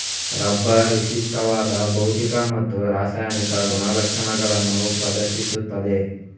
rubber ವಿಶಿಷ್ಟವಾದ ಭೌತಿಕ ಮತ್ತು ರಾಸಾಯನಿಕ ಗುಣಲಕ್ಷಣಗಳನ್ನು ಪ್ರದರ್ಶಿಸುತ್ತದೆ